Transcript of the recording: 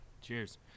Cheers